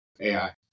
AI